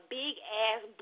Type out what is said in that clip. big-ass